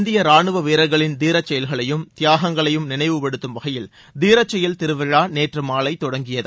இந்திய ராணுவ வீரர்களின் தீரச் செயல்களையும் தியாகங்களையும் நினைவுப்படுத்தம் வகையில் தீரச் செயல் திருவிழா நேற்று மாலை தொடங்கியது